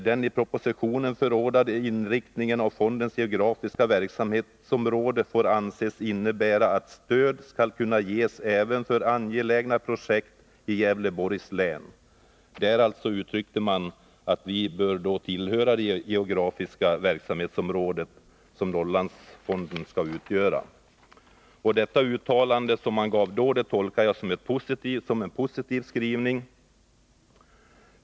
Den i propositionen förordade inriktningen av fondens geografiska verksamhetsområde får anses innebära att stöd skall kunna ges även för angelägna projekt i Gävleborgs län.” Där uttryckte utskottet alltså uppfattningen att vi bör tillhöra fondens geografiska verksamhetsområde. Detta uttalande tolkar jag som en positiv skrivning.